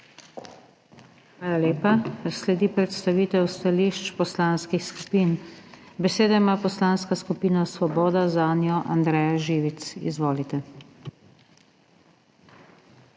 Hvala lepa. Sledi predstavitev stališč poslanskih skupin. Besedo ima Poslanska skupina Svoboda, zanjo Andreja Živic. Izvolite.